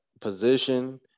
position